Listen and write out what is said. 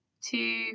two